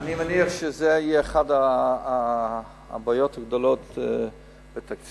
אני מניח שזאת תהיה אחת הבעיות הגדולות בתקציב.